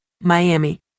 Miami